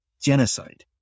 Genocide